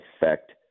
effect